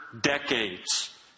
decades